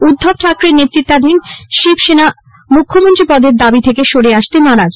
উদ্ধব ঠাকরের নেতৃত্বাধীন শিবসেনা মুখ্যমন্ত্রী পদের দাবি থেকে সরে আসতে নারাজ